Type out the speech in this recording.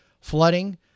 flooding